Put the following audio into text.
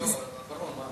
לא, בר-און, מה אמר?